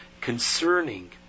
concerning